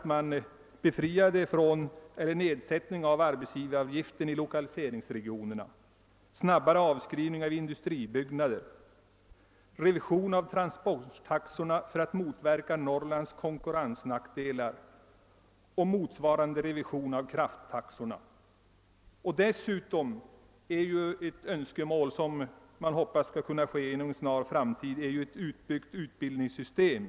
Jag syftar på nedsättning av arbetsgivaravgiften i lokaliseringsregionerna, snabbare avskrivning av industribyggnader, revision av transporttaxorna för att motverka Norrlands konkurrensnackdelar och motsvarande reduktion av krafttaxorna. Ett önskemål som man hoppas skall kunna genomföras inom en snar framtid är dessutom ett utbyggt utbildningssystem.